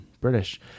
British